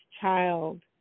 child